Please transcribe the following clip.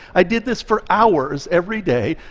i did this for hours every day,